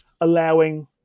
allowing